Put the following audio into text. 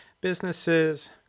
businesses